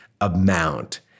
amount